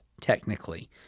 technically